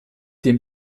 dem